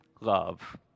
love